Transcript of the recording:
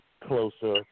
closer